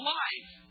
life